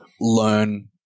learn